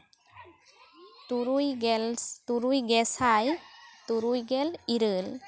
ᱛᱩᱨᱩᱭ ᱜᱮᱞ ᱛᱩᱨᱩᱭ ᱜᱮᱥᱟᱭ ᱛᱩᱨᱩᱭ ᱜᱮᱞ ᱤᱨᱟ ᱞ